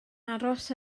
aros